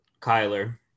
Kyler